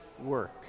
work